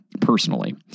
personally